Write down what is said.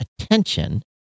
attention